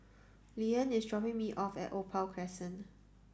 Leeann is dropping me off at Opal Crescent